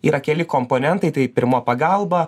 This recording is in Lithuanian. yra keli komponentai tai pirma pagalba